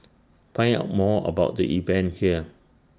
find out more about the event here